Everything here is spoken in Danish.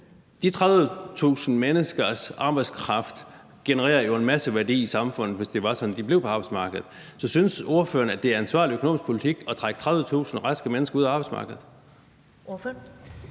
De 30.000 menneskers arbejdskraft ville jo generere en masse værdi i samfundet, hvis det var sådan, at de blev på arbejdsmarkedet. Så synes ordføreren, at det er forsvarlig økonomisk politik at trække 30.000 raske mennesker ud af arbejdsmarkedet?